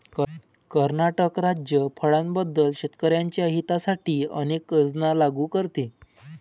कर्नाटक राज्य फळांबद्दल शेतकर्यांच्या हितासाठी अनेक योजना लागू करते